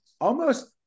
almost-